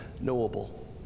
knowable